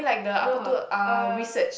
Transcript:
no hub uh